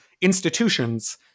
institutions